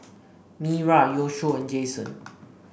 Myra Yoshio and Jasen